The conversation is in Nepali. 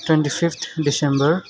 twenty fifth December